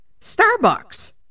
Starbucks